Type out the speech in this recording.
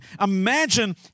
Imagine